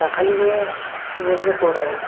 दाखालिबो बेबायदिनो गराय